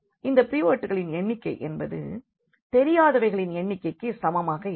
எனவே இந்த பைவட்களின் எண்ணிக்கை என்பது தெரியாதவைகளின் எண்ணிக்கைக்கு சமமாக இருக்கும்